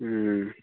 हूँ